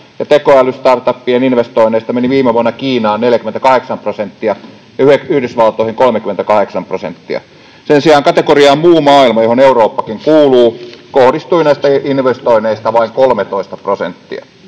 ja tekoäly-startupien investoinneista meni viime vuonna Kiinaan 48 prosenttia ja Yhdysvaltoihin 38 prosenttia. Sen sijaan kategoriaan ”muu maailma”, johon Eurooppakin kuuluu, kohdistui näistä investoinneista vain 13 prosenttia.